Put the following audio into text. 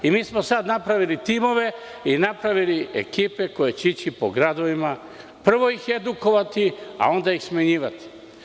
Mi smo sad napravili timove i ekipe koji će ići po gradovima, prvo ih edukovati a onda ih smenjivati.